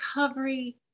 recovery